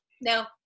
No